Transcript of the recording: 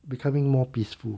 becoming more peaceful